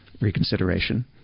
reconsideration